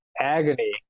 agony